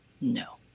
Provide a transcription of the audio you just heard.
no